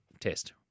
test